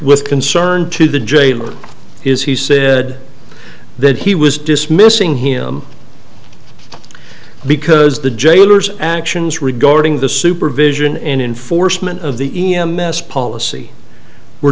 with concern to the jailer is he said then he was dismissing him because the jailers actions regarding the supervision and enforcement of the e m s policy were